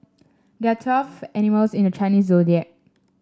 there are twelve animals in the Chinese Zodiac